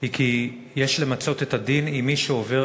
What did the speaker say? היא שיש למצות את הדין עם מי שעובר